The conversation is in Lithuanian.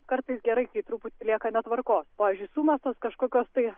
kartais gerai kai truputį lieka netvarkos pavyzdžiui sumestos kažkokios tai